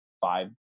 five